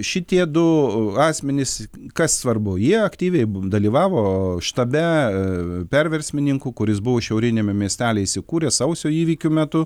šitie du asmenys kas svarbu jie aktyviai dalyvavo štabe perversmininkų kuris buvo šiauriniame miestelyje įsikūręs sausio įvykių metu